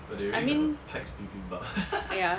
I mean !aiya!